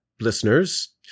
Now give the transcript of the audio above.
listeners